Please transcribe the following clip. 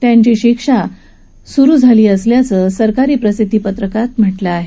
त्यांची शिक्षा सुरु झाली असल्याचं सरकारी प्रसिद्धी पत्रकात म्हटलं आहे